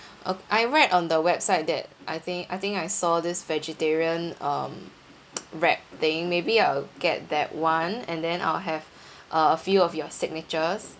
uh I read on the website that I think I think I saw this vegetarian um wrap thing maybe I'll get that [one] and then I'll have uh a few of your signatures